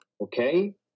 okay